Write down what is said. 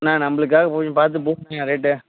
அண்ணா நம்மளுக்காக கொஞ்சம் பார்த்து போடுங்கண்ணா ரேட்டு